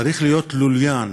צריך להיות לוליין